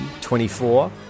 24